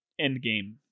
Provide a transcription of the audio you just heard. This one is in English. Endgame